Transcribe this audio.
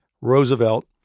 Roosevelt